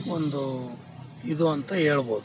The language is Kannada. ಒಂದು ಇದು ಅಂತ ಹೇಳ್ಬೋದು